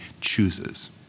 chooses